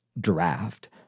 draft